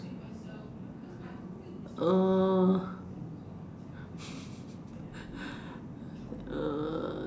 err